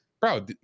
Bro